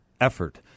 Effort